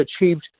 achieved